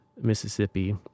mississippi